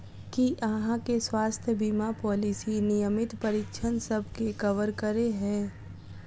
की अहाँ केँ स्वास्थ्य बीमा पॉलिसी नियमित परीक्षणसभ केँ कवर करे है?